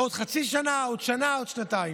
עוד חצי שנה, עוד שנה או עוד שנתיים.